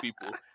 people